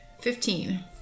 Fifteen